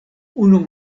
unu